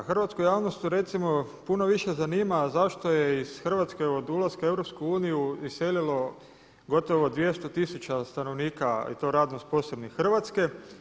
Hrvatsku javnost recimo puno više zanima zašto je iz Hrvatske od ulaska u EU iselilo gotovo 200 tisuća stanovnika i to radno sposobnih Hrvatske.